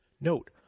Note